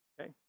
Okay